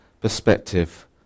perspective